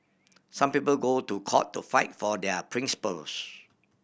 some people go to court to fight for their principles